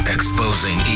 Exposing